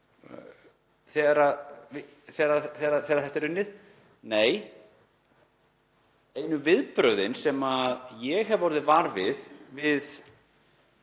þegar þetta er unnið? Nei, einu viðbrögðin sem ég hef orðið var við við